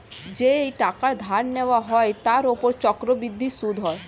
যেই টাকা ধার নেওয়া হয় তার উপর চক্রবৃদ্ধি সুদ হয়